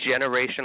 generational